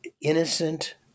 innocent